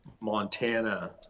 Montana